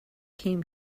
came